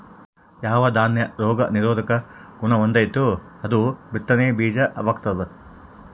ಯಾವ ದಾನ್ಯ ರೋಗ ನಿರೋಧಕ ಗುಣಹೊಂದೆತೋ ಅದು ಬಿತ್ತನೆ ಬೀಜ ವಾಗ್ತದ